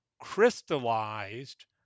crystallized